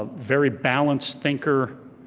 ah very balanced thinker,